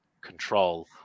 control